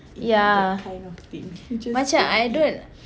yeah macam I don't